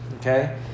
Okay